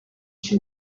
she